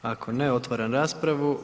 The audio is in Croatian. Ako ne, otvaram raspravu.